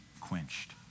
quenched